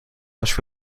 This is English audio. was